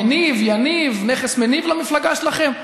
מניב, יניב, נכס מניב למפלגה שלכם?